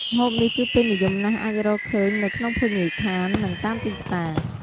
ម្ហូបនេះគឺពេញនិយមណាស់ អាចរកឃើញនៅក្នុងភោជនីយដ្ឋាន និងតាមទីផ្សារ។